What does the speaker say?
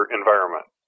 environment